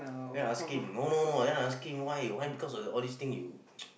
then I ask him no no no then I ask him why why because of all these things you